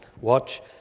watch